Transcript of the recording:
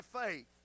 faith